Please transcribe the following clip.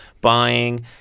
buying